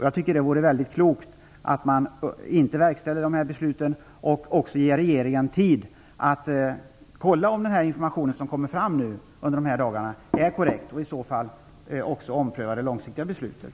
Jag tycker att det vore väldigt klokt att inte verkställa de här besluten och att regeringen får tid att kontrollera om den information som kommer i dessa dagar är korrekt och i så fall också omprövar det långsiktiga beslutet.